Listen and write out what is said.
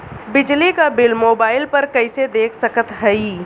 बिजली क bill mobile पर कईसे देख सकत हई?